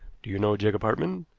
do you know jacob hartmann?